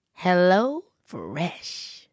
HelloFresh